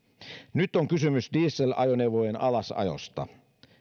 nyt on kysymys dieselajoneuvojen alasajosta